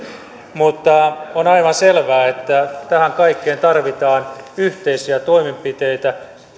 mutta on aivan selvää että tähän kaikkeen tarvitaan yhteisiä toimenpiteitä